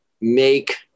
make